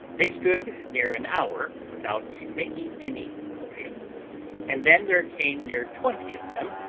they stood near an hour without making any motion and then there came near twenty of them,